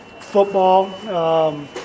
Football